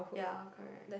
ya correct